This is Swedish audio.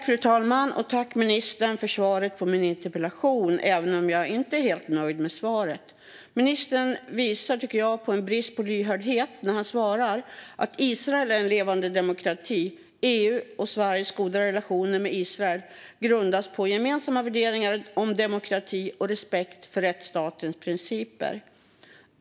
Fru talman! Jag tackar ministern för svaret på min interpellation även om jag inte är helt nöjd med det. Ministern visar, tycker jag, en brist på lyhördhet när han svarar: Israel är en levande demokrati. EU:s och Sveriges goda relationer med Israel grundas på gemensamma värderingar om demokrati och respekt för rättsstatens principer.